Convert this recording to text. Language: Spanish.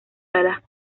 salas